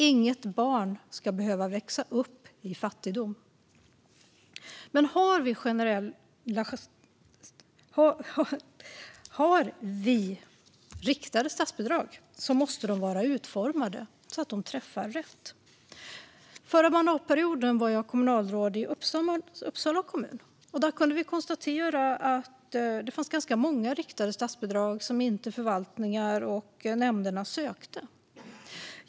Inget barn ska behöva växa upp i fattigdom. Men om vi har riktade statsbidrag måste de vara utformade så att de träffar rätt. Under förra mandatperioden var jag kommunalråd i Uppsala kommun. Där kunde vi konstatera att det fanns ganska många riktade statsbidrag som förvaltningar och nämnder inte sökte.